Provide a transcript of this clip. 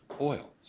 oil